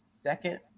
second